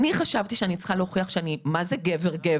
אני חשבתי בזמנו שאני צריכה להוכיח שאני מה זה "גבר-גבר",